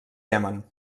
iemen